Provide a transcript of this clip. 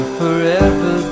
forever